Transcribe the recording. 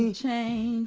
and changed.